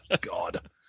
god